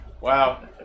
Wow